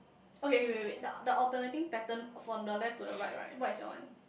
okay wait wait wait the the alternating pattern from the left to the right right what is your one